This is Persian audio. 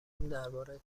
درباره